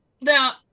Now